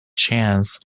chance